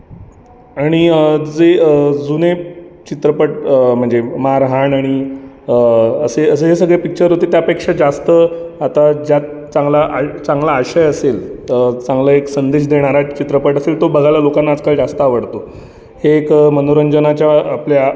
आणि जे जुने चित्रपट म्हणजे मारहाण आणि असे असे जे सगळे पिक्चर होते त्यापेक्षा जास्त आता ज्यात चांगला चांगला आशय असेल चांगला एक संदेश देणारा चित्रपट असेल तो बघायला आजकाल लोकांना जास्त आवडतो तर अ मुंबईतले हे एक मनोरंजनाच्या आपल्या